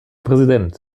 präsident